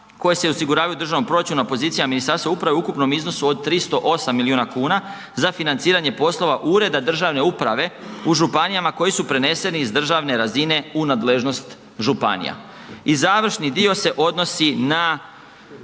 koje se osiguravaju u državnom proračunu na pozicijama Ministarstva uprave u ukupnom iznosu od 308 miliona kuna za financiranje poslova ureda državne uprave u županijama koji su preneseni iz državne razine u nadležnost županija. I završni dio se odnosi na